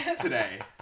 today